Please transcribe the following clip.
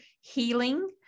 healing